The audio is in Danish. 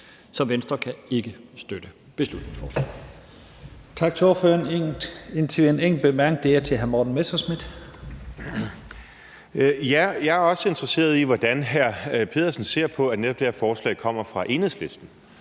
Så Venstre kan ikke støtte beslutningsforslaget.